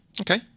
Okay